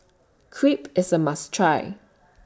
Crepe IS A must Try